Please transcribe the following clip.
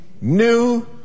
new